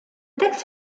texte